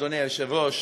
אדוני היושב-ראש,